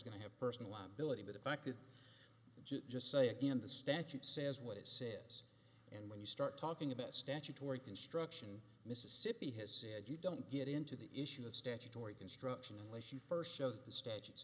going to have personal liability but if i could just say again the statute says what it says and when you start talking about statutory construction mississippi has said you don't get into the issue of statutory construction unless she first showed the statutes